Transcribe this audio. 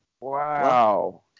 Wow